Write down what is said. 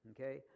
Okay